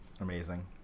Amazing